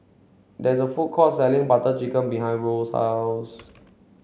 there is a food court selling Butter Chicken behind Roe's house